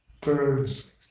birds